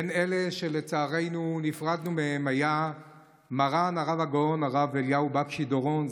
בין אלה שלצערנו נפרדנו מהם היה מרן הרב הגאון הרב אליהו בקשי דורון,